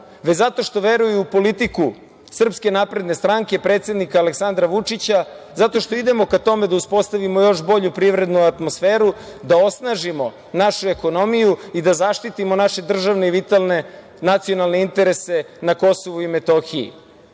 već zato što veruju u politiku SNS i predsednika Aleksandra Vučića. Zato što idemo ka tome da uspostavimo još bolju privrednu atmosferu, da osnažimo našu ekonomiju i da zaštitimo naše državne i vitalne nacionalne interese na Kosovu i Metohiji.